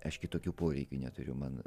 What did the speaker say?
aš kitokių poreikių neturiu man